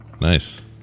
Nice